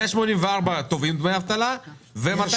184,000